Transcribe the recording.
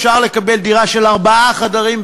אפשר לקבל דירה של ארבעה חדרים,